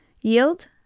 Yield